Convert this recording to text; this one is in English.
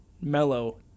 Mellow